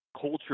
culture